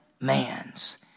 man's